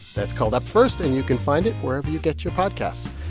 that's called up first, and you can find it wherever you get your podcasts.